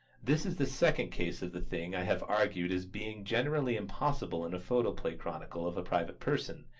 this is the second case of the thing i have argued as being generally impossible in a photoplay chronicle of a private person,